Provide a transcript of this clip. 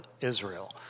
Israel